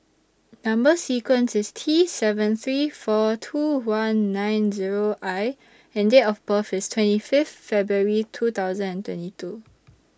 Number sequence IS T seven three four two one nine Zero I and Date of birth IS twenty Fifth February two thousand and twenty two